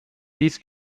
dies